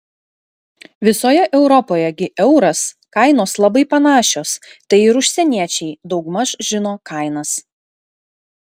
visoje europoje gi euras kainos labai panašios tai ir užsieniečiai daugmaž žino kainas